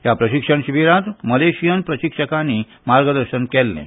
ह्या प्रशिक्षण शिबिरांत मलेशियन प्रशिक्षकांनी मार्गदर्शन केलें